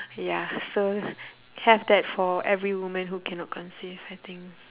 ya so have that for every woman who cannot conceive I think